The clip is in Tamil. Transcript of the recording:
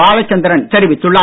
பாலச்சந்திரன் தெரிவித்துள்ளார்